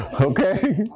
Okay